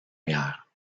guerre